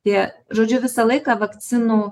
tie žodžiu visą laiką vakcinų